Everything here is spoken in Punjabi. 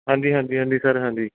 ਹਾਂਜੀ ਹਾਂਜੀ ਹਾਂਜੀ ਸਰ ਹਾਂਜੀ